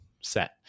set